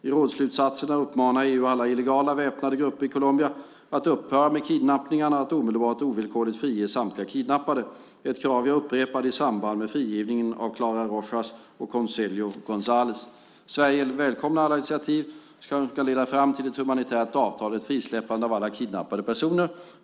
I rådsslutsatserna uppmanar EU alla illegala väpnade grupper i Colombia att upphöra med kidnappningar och att omedelbart och ovillkorligen frige samtliga kidnappade, ett krav som jag upprepade i samband med frigivningen av Clara Rojas och Consuelo Gonzalez. Sverige välkomnar alla initiativ som kan leda fram till ett humanitärt avtal och ett frisläppande av alla kidnappade personer.